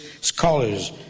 scholars